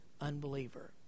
unbeliever